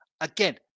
Again